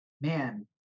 man